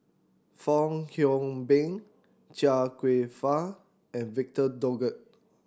Fong Hoe Beng Chia Kwek Fah and Victor Doggett